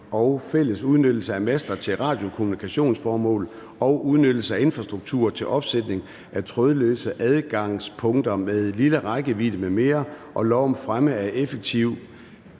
og fælles udnyttelse af master til radiokommunikationsformål og udnyttelse af infrastruktur til opsætning af trådløse adgangspunkter med lille rækkevidde m.v. og lov om fremme af effektiv